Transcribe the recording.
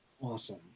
Awesome